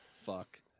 Fuck